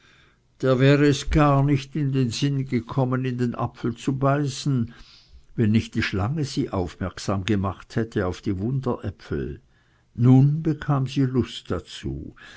der wäre es gar nicht in den sinn gekommen in den apfel zu beißen wenn nicht die schlange sie aufmerksam gemacht hätte auf die wunderäpfel nun bekam sie lust dazu